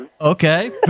Okay